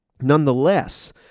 Nonetheless